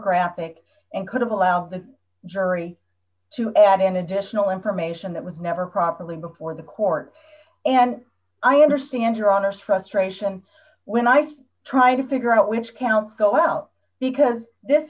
graphic and could have allowed the jury to add in additional information that was never properly before the court and i understand your honest frustration when i st tried to figure out which can now go out because this